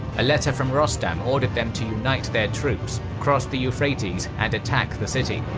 a letter from rostam ordered them to unite their troops, cross the euphrates and attack the city.